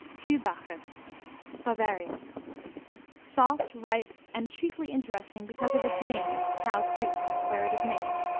kuhbacher bavaria soft, ripe, and chiefly interesting because of its name, cow creek, where it is made.